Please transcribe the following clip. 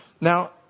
Now